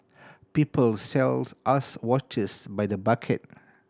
people sells us watches by the bucket